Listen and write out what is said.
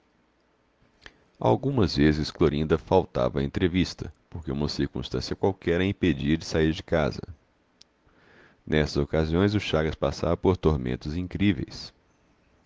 algumas vezes clorinda faltava à entrevista porque uma circunstância qualquer a impedia de sair de casa nessas ocasiões o chagas passava por tormentos incríveis